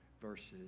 verses